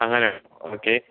അങ്ങനെയാണോ ഓക്കേ